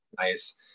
nice